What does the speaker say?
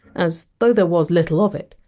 as, though there was little of it,